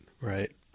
right